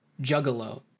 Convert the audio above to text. juggalo